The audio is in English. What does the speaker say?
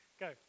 Go